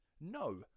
No